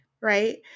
right